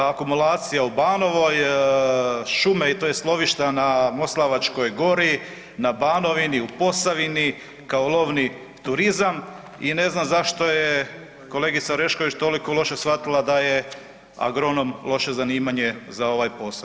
Akumulacija u Banovoj, šume i tj. lovišta na Moslavačkoj gori, na Banovini, u Posavini, kao lovni turizam, i ne znam zašto je kolegica Orešković toliko loše shvatila da je agronom loše zanimanje za ovaj posao.